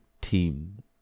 team